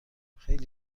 خیلی